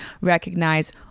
recognize